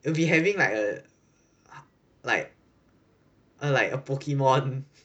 it'll be having like a like like a pokemon